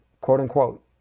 quote-unquote